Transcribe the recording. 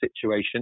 situation